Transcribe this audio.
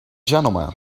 gentlemen